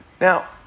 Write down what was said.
Now